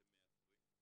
אתם מאתרים בתוך?